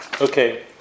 Okay